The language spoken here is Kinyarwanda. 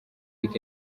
luc